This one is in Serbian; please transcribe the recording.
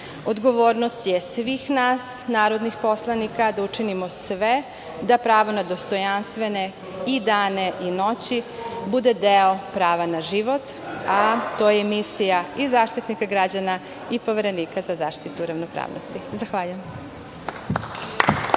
prava. Odgovornost je svih nas, narodnih poslanika, da učinimo sve da pravo na dostojanstvene i dane i noći, bude deo prava na život, a to je misija i Zaštitnika građana i Poverenika za zaštitu ravnopravnosti. Zahvaljujem.